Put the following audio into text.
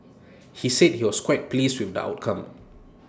he said he was quite pleased with the outcome